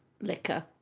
liquor